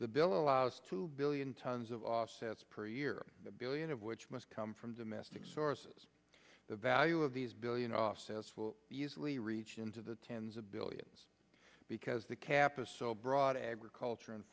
the bill allows two billion tons of offsets per year the billion of which must come from domestic sources the value of these billion offsets will easily reach into the tens of billions because the cap is so broad agriculture and